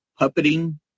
puppeting